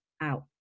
out